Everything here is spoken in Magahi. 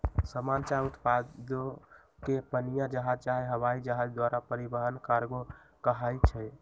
समान चाहे उत्पादों के पनीया जहाज चाहे हवाइ जहाज द्वारा परिवहन कार्गो कहाई छइ